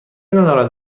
ندارد